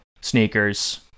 sneakers